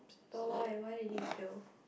but why why did he kill